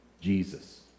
Jesus